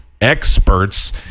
experts